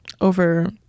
Over